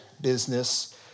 business